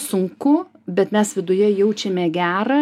sunku bet mes viduje jaučiame gerą